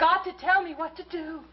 got to tell me what to do